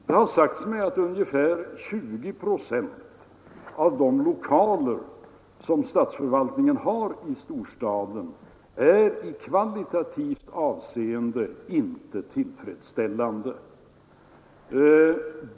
Det har sagts mig att ungefär 20 procent av de lokaler som statsförvaltningen har i Stockholm i kvalitativt avseende inte är tillfredsställande.